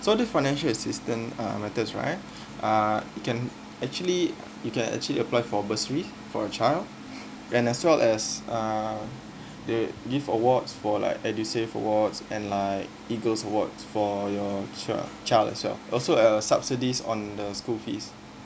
so this financial assistance uh method right uh you can actually you can actually apply for bursary for your child and as well as uh they'll give awards for like edusave awards and like EAGLES awards for your c~ child as well also uh subsidies on the school fees